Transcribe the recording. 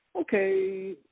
okay